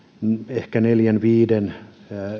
ehkä neljän viiden